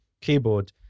keyboard